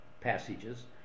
passages